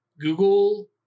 Google